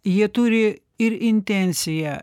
jie turi ir intenciją